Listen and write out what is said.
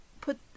put